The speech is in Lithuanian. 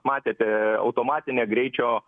matėte automatinė greičio